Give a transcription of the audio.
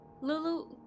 Lulu